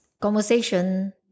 conversation